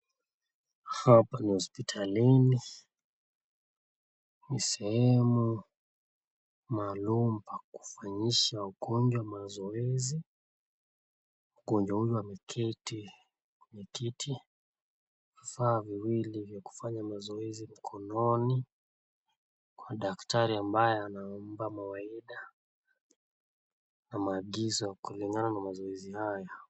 Hapa ni hospitalini ni sehemu maalum pa kufanyisha wangonjwa mazoezi. Mgonjwa huyo ameketi kwenye kiti, vifaa viwili vya kufanya mazoezi mkononi kwa daktari ambaye anampa mawaidha na maagizo kulingana na mazoezi haya.